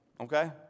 okay